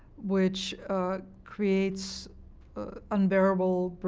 which creates unbearable